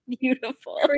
Beautiful